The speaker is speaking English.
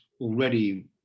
already